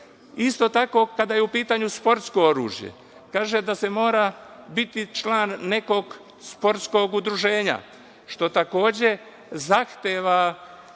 tako, kada je u pitanju sportsko oružje, kaže da se mora biti član nekog sportskog udruženja, što takođe zahteva